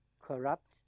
corrupt